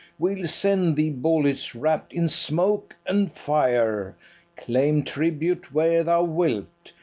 we'll send thee bullets wrapt in smoke and fire claim tribute where thou wilt,